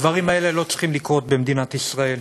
הדברים האלה לא צריכים לקרות במדינת ישראל.